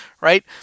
right